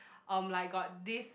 um like got this